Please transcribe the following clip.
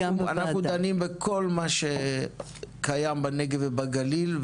אנחנו נדון בכל מה שקיים בנגב ובגליל,